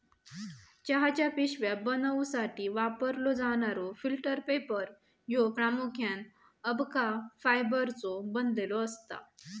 चहाच्या पिशव्या बनवूसाठी वापरलो जाणारो फिल्टर पेपर ह्यो प्रामुख्याने अबका फायबरचो बनलेलो असता